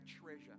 treasure